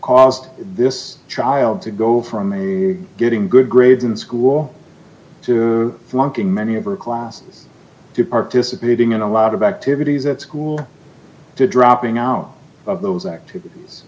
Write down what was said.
caused this child to go from a getting good grades in school to flunking many of her classes to participating in a lot of activities at school to dropping out of those activities